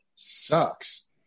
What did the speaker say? Sucks